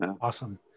Awesome